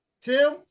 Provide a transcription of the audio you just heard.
Tim